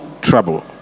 trouble